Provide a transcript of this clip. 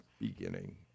beginning